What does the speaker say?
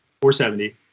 470